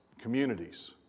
communities